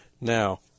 Now